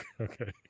Okay